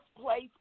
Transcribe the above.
place